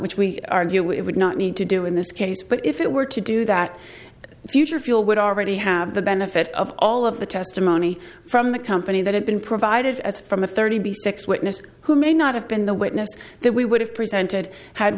which we argue it would not need to do in this case but if it were to do that future fuel would already have the benefit of all of the testimony from the company that had been provided as from a thirty six witness who may not have been the witness that we would have presented had